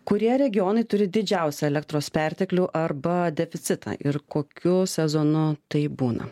kurie regionai turi didžiausią elektros perteklių arba deficitą ir kokiu sezonu tai būna